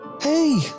hey